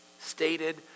stated